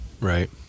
right